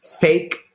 fake